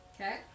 Okay